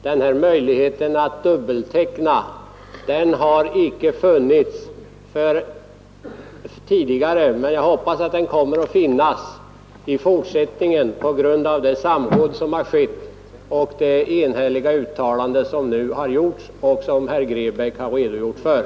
Den här möjligheten att dubbelteckna har icke funnits tidigare, men jag hoppas att den kommer att finnas i fortsättningen, på grundval av det samråd som har skett och det enhälliga uttalande som nu har gjorts och som herr Grebäck har redogjort för.